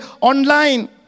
online